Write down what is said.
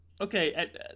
Okay